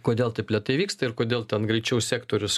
kodėl taip lėtai vyksta ir kodėl ten greičiau sektorius